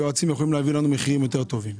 היועצים יוכלו להביא לנו מחירים יותר טובים.